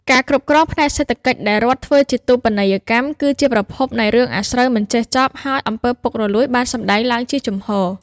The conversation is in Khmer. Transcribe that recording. ការគ្រប់គ្រងផ្នែកសេដ្ឋកិច្ចដែលរដ្ឋធ្វើជាតូបនីយកម្មគឺជាប្រភពនៃរឿងអាស្រូវមិនចេះចប់ ហើយអំពើពុករលួយបានសម្តែងឡើងជាចំហ។